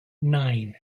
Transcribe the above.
nine